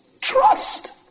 Trust